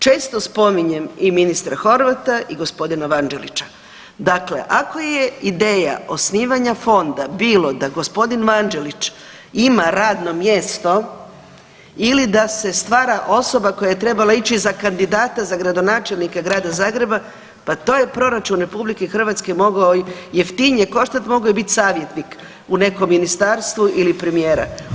Često spominjem i ministra Horvata i g. Vanđelića, dakle ako je ideja osnivanja fonda bilo da g. Vanđelić ima radno mjesto ili da se stvara osoba koja je trebala ići za kandidata za gradonačelnika grada Zagreba, pa to je proračun RH mogao jeftinije koštat, mogao je biti savjetnik u nekom ministarstvu ili premijera.